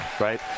right